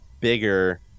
bigger